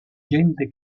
gente